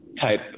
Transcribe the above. type